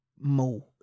More